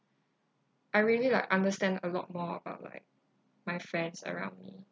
I really like understand a lot more about like my friends around me